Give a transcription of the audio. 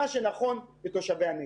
מה שנכון לתושבי הנגב.